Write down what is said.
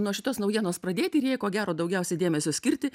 nuo šitos naujienos pradėti ir jai ko gero daugiausiai dėmesio skirti